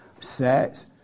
sex